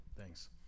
Thanks